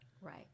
Right